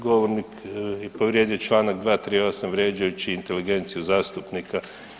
Govornik je povrijedio čl. 238.vrijeđajući inteligenciju zastupnika.